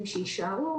לחזור.